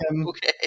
okay